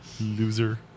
Loser